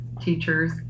teachers